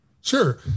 Sure